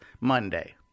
Monday